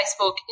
Facebook